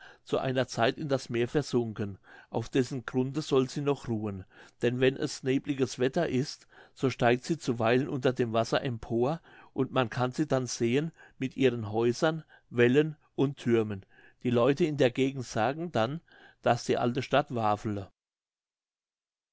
zu einer zeit in das meer versunken auf dessen grunde soll sie noch ruhen denn wenn es nebeliges wetter ist so steigt sie zuweilen unter dem wasser empor und man kann sie dann sehen mit ihren häusern wällen und thürmen die leute in der gegend sagen dann daß die alte stadt wafele